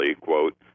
quote